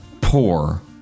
poor